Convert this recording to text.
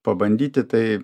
pabandyti tai